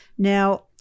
Now